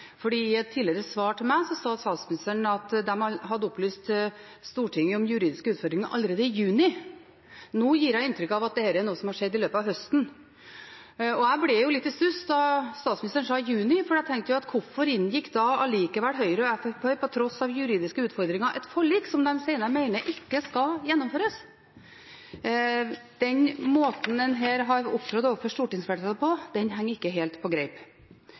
I et tidligere svar til meg sa statsministeren at de hadde opplyst Stortinget om den juridiske utfordringen allerede i juni. Nå gir hun inntrykk av at dette har skjedd i løpet av høsten. Jeg ble litt i stuss da statsministeren sa juni, for da tenkte jeg at hvorfor inngikk da allikevel Høyre og Fremskrittspartiet, på tross av juridiske utfordringer, et forlik som de senere mener ikke skal gjennomføres? Den måten en her har opptrådt overfor stortingsflertallet på, henger ikke helt på greip.